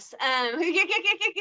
yes